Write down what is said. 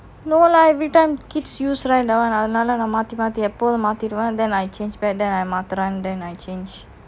no lah everytime kids use right அது நாலா மாத்தி மாத்தி எப்போதும் மாத்திடுவான்:athu naala maathi maathi epothum maathiduvan then I change back then I மாத்துறானு:maathuranu I change